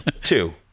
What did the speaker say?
Two